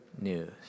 news